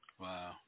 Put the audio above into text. wow